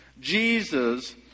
Jesus